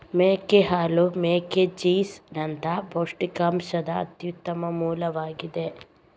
ಮೇಕೆ ಹಾಲು ಮೇಕೆ ಚೀಸ್ ನಂತೆ ಪೌಷ್ಟಿಕಾಂಶದ ಅತ್ಯುತ್ತಮ ಮೂಲವಾಗಿದೆ